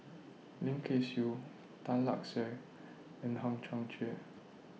Lim Kay Siu Tan Lark Sye and Hang Chang Chieh